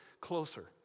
closer